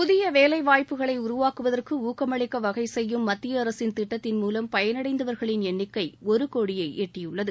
புதிய வேலைவாய்ப்புகளை உருவாக்குவதற்கு ஊக்கமளிக்க வகை செய்யும் மத்திய அரசின் திட்டத்தின் மூலம் பயனடைந்தவர்களின் எண்ணிக்கை ஒரு கோடியை எட்டியுள்ளது